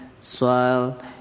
soil